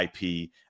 ip